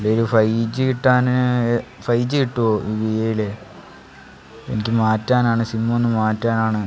ഒരു five G കിട്ടാൻ five G കിട്ടുമോ ഈ വിഐയിൽ എനിക്ക് മാറ്റാനാണ് സിം ഒന്ന് മാറ്റാനാണ്